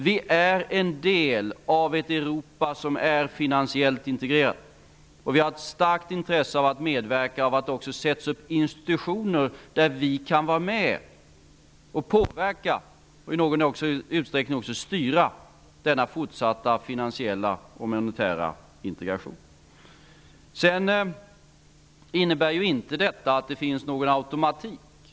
Vi är en del av ett Europa som är finansiellt integrerat. Vi har ett starkt intresse av att medverka till att det finns insitutioner där vi kan vara med och påverka och i någon mån också styra denna fortsatta finansiella och monetära integration. Detta innebär inte att det finns någon automatik.